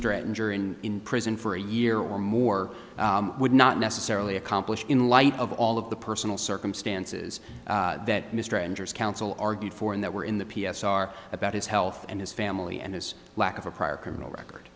stranger in in prison for a year or more would not necessarily accomplish in light of all of the personal circumstances that mr andrews counsel argued for and that were in the p s r about his health and his family and his lack of a prior criminal record